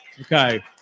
Okay